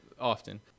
Often